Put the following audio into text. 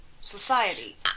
society